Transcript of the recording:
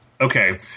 Okay